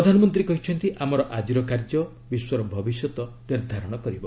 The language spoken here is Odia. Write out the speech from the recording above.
ପ୍ରଧାନମନ୍ତ୍ରୀ କହିଛନ୍ତି ଆମର ଆଜିର କାର୍ଯ୍ୟ ବିଶ୍ୱର ଭବିଷ୍ୟତ ନିର୍ଦ୍ଧାରଣ କରିବ